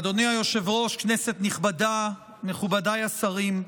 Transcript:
אדוני היושב-ראש, כנסת נכבדה, מכובדיי השרים,